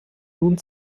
nun